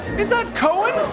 is that cohen?